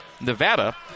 Nevada